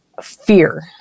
fear